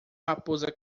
raposa